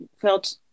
felt